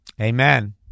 Amen